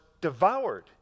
devoured